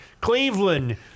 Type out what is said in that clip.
Cleveland